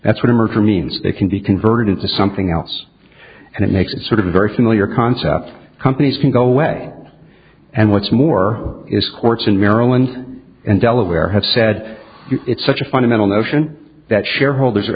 that's what a merger means it can be converted to something else and it makes it sort of very familiar concept companies can go away and what's more is courts in maryland and delaware have said it's such a fundamental notion that shareholders